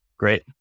Great